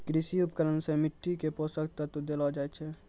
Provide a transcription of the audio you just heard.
कृषि उपकरण सें मिट्टी क पोसक तत्व देलो जाय छै